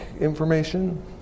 information